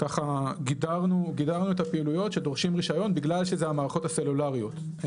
ככה גידרנו את הפעילויות שדורשות רישיון בגלל שזה המערכות הסלולריות,